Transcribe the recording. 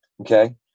Okay